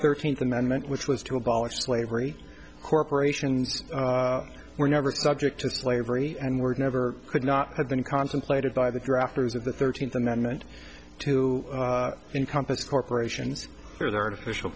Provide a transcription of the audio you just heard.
thirteenth amendment which was to abolish slavery corporations were never subject to slavery and were never could not have been contemplated by the drafters of the thirteenth amendment to encompass corporations and artificial